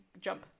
jump